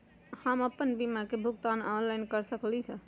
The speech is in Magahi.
हम अपन बीमा के भुगतान ऑनलाइन कर सकली ह?